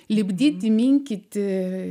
lipdyti minkyti